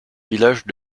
village